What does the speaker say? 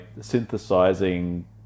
synthesizing